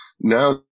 now